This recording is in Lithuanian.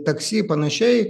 taksi panašiai